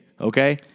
okay